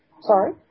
Sorry